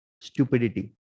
stupidity